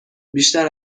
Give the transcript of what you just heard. بیشتر